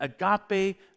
agape